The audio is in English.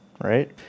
right